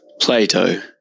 Plato